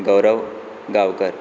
Gaurav Gaonkar